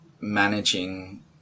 managing